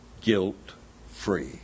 guilt-free